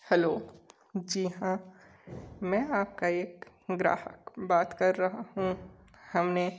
hello जी हाँ मैं आपका एक ग्राहक बात कर रहा हूँ हमने